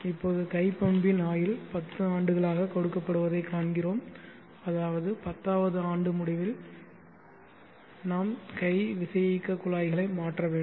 இப்போது கை பம்பின் ஆயுள் 10 ஆண்டுகளாகக் கொடுக்கப்படுவதைக் காண்கிறோம் அதாவது 10 வது ஆண்டு முடிவில் நாங்கள் கை விசையியக்கக் குழாய்களை மாற்ற வேண்டும்